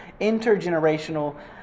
intergenerational